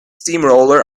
steamroller